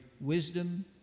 wisdom